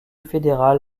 fédéral